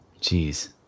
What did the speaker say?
Jeez